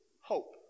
hope